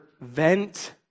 vent